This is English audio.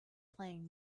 playing